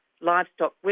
livestock